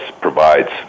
provides